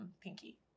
Pinky